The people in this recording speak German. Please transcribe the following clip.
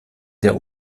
der